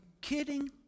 kidding